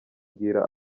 mbwira